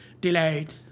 delayed